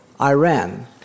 Iran